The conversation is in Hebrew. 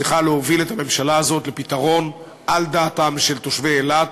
צריכה להוביל את הממשלה הזאת לפתרון על דעתם של תושבי אילת,